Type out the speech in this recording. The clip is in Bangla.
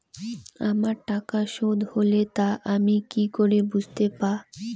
আমার টাকা শোধ হলে তা আমি কি করে বুঝতে পা?